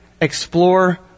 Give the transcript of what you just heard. explore